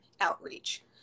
outreach